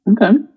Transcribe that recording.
Okay